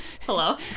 Hello